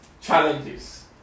challenges